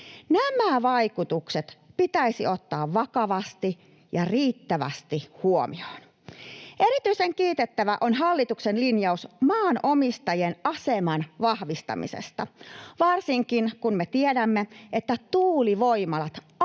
Nämä vaikutukset pitäisi ottaa vakavasti ja riittävästi huomioon. Erityisen kiitettävä on hallituksen linjaus maanomistajien aseman vahvistamisesta, varsinkin kun me tiedämme, että tuulivoimalat